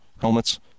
helmets